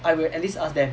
I will at least ask them